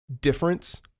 difference